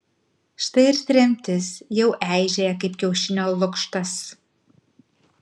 štai ir tremtis jau eižėja kaip kiaušinio lukštas